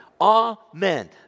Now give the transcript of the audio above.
Amen